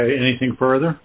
anything further